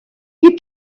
you